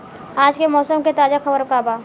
आज के मौसम के ताजा खबर का बा?